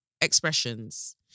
expressions